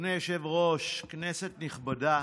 אדוני היושב-ראש, כנסת נכבדה,